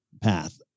path